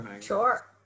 Sure